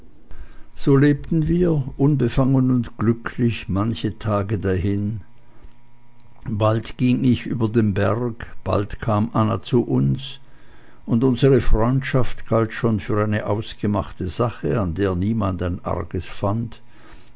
so lebten wir unbefangen und glücklich manche tage dahin bald ging ich über den berg bald kam anna zu uns und unsere freundschaft galt schon für eine ausgemachte sache an der niemand ein arges fand